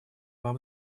вам